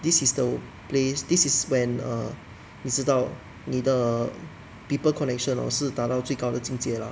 this is the place this is when err 你知道你的 people connection hor 是达到最高的境界了